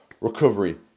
recovery